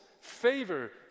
favor